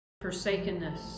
forsakenness